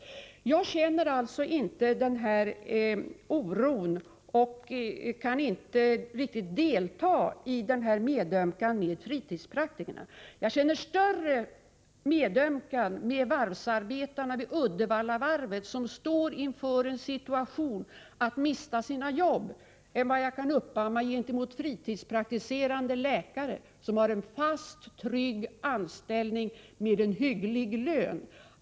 Jag känner alltså inte någon oro och kan inte riktigt delta i medömkan med fritidspraktikerna. Jag känner större medömkan med varvsarbetarna vid Uddevallavarvet, som befinner sig i den situationen att de kan mista sina arbeten, än med de fritidspraktiserande läkarna, som har en fast och trygg anställning med hygglig lön.